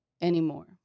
anymore